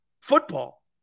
football